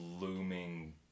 looming